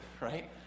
right